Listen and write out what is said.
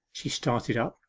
she started up,